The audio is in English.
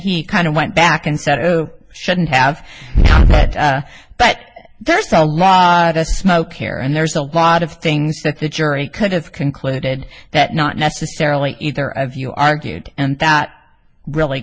he kind of went back and said oh shouldn't have but there's a lot smoke here and there's a lot of things that the jury could have concluded that not necessarily either of you argued and that really